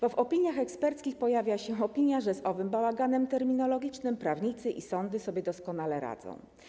Bo w opiniach eksperckich pojawia się opinia, że z owym bałaganem terminologicznym prawnicy i sądy doskonale sobie radzą.